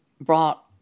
brought